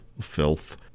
filth